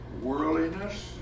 worldliness